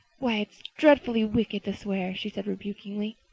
why it's dreadfully wicked to swear, she said rebukingly.